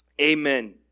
Amen